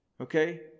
Okay